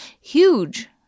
huge